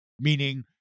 meaning